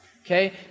okay